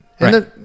Right